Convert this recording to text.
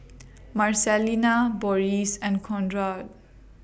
Marcelina Boris and Conrad